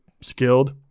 skilled